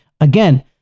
Again